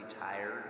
tired